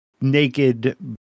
naked